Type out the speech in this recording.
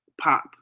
pop